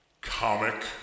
Comic